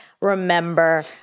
remember